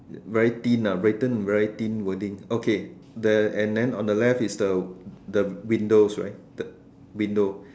very thin lah written in very thin wording okay then on the left is the windows right the window